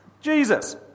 Jesus